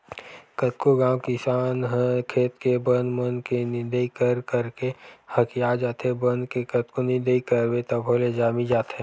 कतको घांव किसान ह खेत के बन मन के निंदई कर करके हकिया जाथे, बन के कतको निंदई करबे तभो ले जामी जाथे